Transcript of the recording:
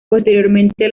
posteriormente